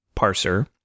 parser